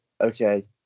okay